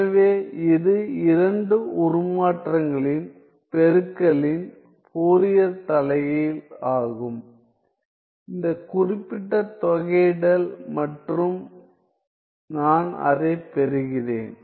எனவே இது இரண்டு உருமாற்றங்களின் பெருக்கலின் ஃபோரியர் தலைகீழ் ஆகும் இந்த குறிப்பிட்ட தொகையிடல் மற்றும் நான் அதைப் பெறுகிறேன்